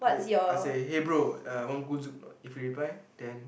is it I say hey bro uh want go Zouk or not if he reply then